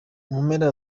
mpera